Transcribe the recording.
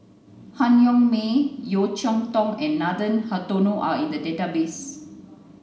Han Yong May Yeo Cheow Tong and Nathan Hartono are in the database